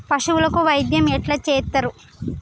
పశువులకు వైద్యం ఎట్లా చేత్తరు?